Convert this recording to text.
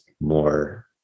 more